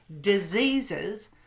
diseases